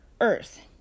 earth